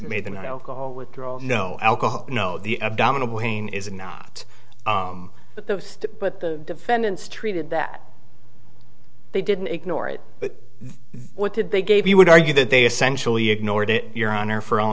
made an alcohol withdrawal no alcohol no the abdominal pain is not but the defendant's treated that they didn't ignore it but what did they gave you would argue that they essentially ignored it your honor for all